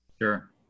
sure